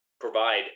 provide